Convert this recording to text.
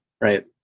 right